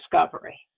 discovery